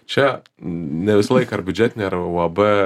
čia ne visą laiką ar biudžetinė ar uab